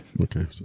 Okay